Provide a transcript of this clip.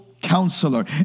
counselor